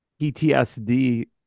PTSD